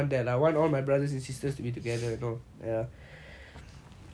so how how I how are you with him